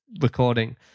recording